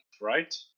right